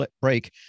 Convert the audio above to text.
break